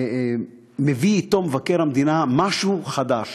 מביא אתו מבקר המדינה משהו חדש.